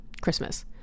Christmas